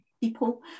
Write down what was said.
people